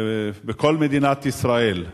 בכל מדינת ישראל.